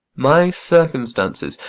my circumstances,